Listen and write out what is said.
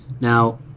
Now